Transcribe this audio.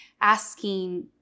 asking